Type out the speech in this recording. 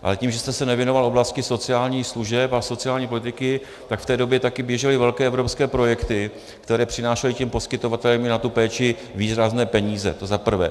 Ale tím, že jste se nevěnoval oblasti sociálních služeb a sociální politiky, tak v té době taky běžely velké evropské projekty, které přinášely těm poskytovatelům i na tu péči výrazné peníze, to zaprvé.